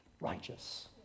righteous